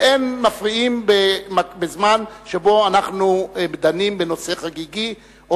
שאין מפריעים בזמן שאנחנו דנים בנושא חגיגי או